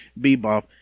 Bebop